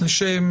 לשם